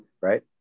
right